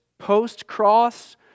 post-cross